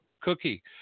cookie